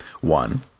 One